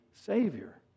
Savior